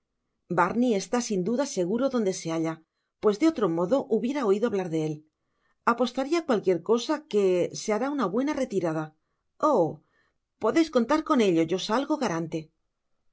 barney está sin duda seguro donde se halla pues de otro modo hubiera oido hablar de él apostaría cualquier cosa que se hará una buena retirada oh podeis contar con ello yo salgo garante